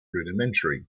rudimentary